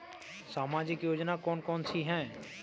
सामाजिक योजना कौन कौन सी हैं?